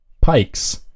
pikes